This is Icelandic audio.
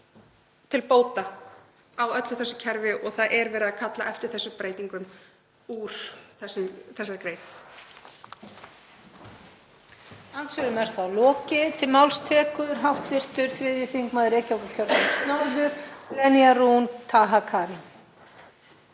til bóta í öllu þessu kerfi og það er verið að kalla eftir þessum breytingum úr þessari grein.